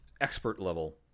expert-level